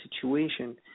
situation